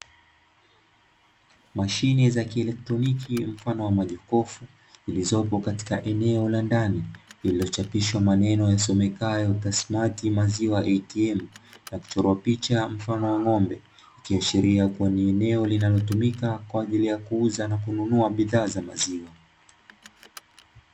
Mashine za kielektroniki mfano wa majokofu, zilizopo katika eneo la ndani lililochapishwa maneno yasomekayo "Tassmatt maziwa ATM" na kuchorwa picha mfano wa ng'ombe, ikiashiria kuwa ni eneo linalotumika kwa ajili ya kuuza na kununua bidhaa za maziwa.